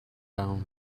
down